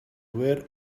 where